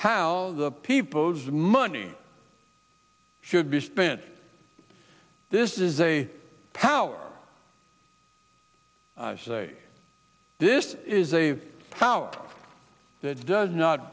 how the people's money should be spent this is a power i say this is a power that does not